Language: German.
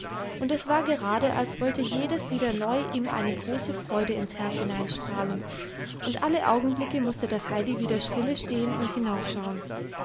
und es war gerade als wollte jedes wieder neu ihm eine große freude ins herz hineinstrahlen und alle augenblicke mußte das heidi wieder stille stehen und